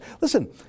listen